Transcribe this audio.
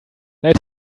let